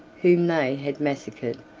whom they had massacred,